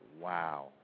wow